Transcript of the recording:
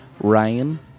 Ryan